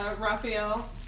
Raphael